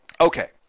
okay